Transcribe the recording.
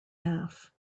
half